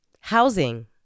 Housing